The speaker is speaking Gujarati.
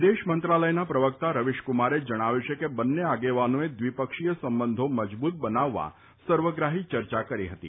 વિદેશ મંત્રાલયના પ્રવક્તા રવિશકુમારે જણાવ્યું છે કે બંને આગેવાનોએ દ્વિપક્ષીય સંબંધો મજબૂત બનાવવા સર્વગ્રાહી ચર્ચા કરી હતી